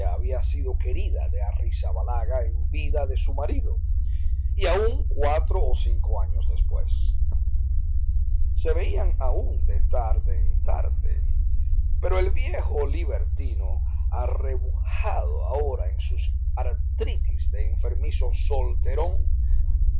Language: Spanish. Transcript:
había sido querida de arrizabalaga en vida de su marido y aún cuatro o cinco años después se veían aún de tarde en tarde pero el viejo libertino arrebujado ahora en sus artritis de enfermizo solterón